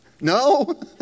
No